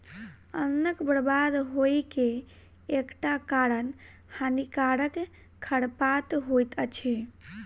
अन्नक बर्बाद होइ के एकटा कारण हानिकारक खरपात होइत अछि